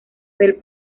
del